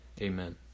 Amen